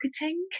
marketing